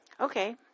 Okay